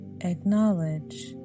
acknowledge